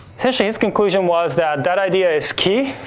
essentially his conclusion was that that idea is key,